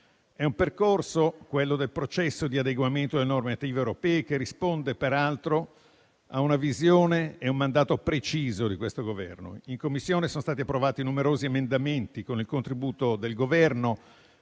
È un percorso, quello del processo di adeguamento alla normativa europea, che risponde peraltro a una visione e a un mandato preciso di questo Governo. In Commissione sono stati approvati numerosi emendamenti, con il contributo del Governo,